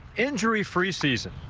injury-free season.